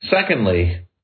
Secondly